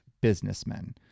businessmen